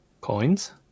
Coins